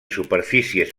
superfícies